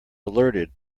alerted